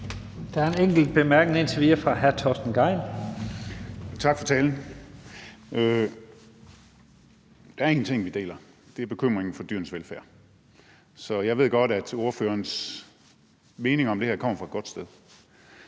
Der er en enkelt kort bemærkning til hr. Torsten Gejl. Kl. 18:30 Torsten Gejl (ALT): Tak for talen. Der er én ting, vi deler, og det er bekymringen for dyrenes velfærd. Så jeg ved godt, at ordførerens meninger om det her kommer fra et godt sted.